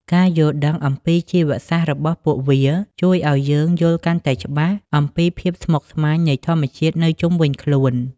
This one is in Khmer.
ការយល់ដឹងអំពីជីវសាស្ត្ររបស់ពួកវា ជួយឱ្យយើងយល់កាន់តែច្បាស់អំពីភាពស្មុគស្មាញនៃធម្មជាតិនៅជុំវិញខ្លួន។